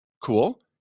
cool